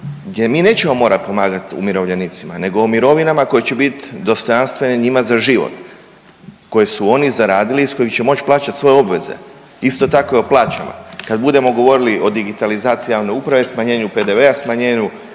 gdje mi nećemo morati pomagat umirovljenicima nego o mirovinama koje će bit dostojanstvene njima za život koje su oni zaradili iz kojih će moć plaćati svoje obveze, isto tako i o plaćama. Kad budemo govorili o digitalizaciji javne uprave smanjenju PDV, smanjenju